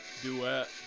Duet